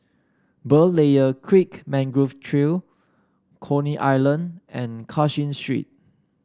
Berlayer Creek Mangrove Trail Coney Island and Cashin Street